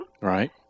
right